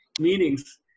meanings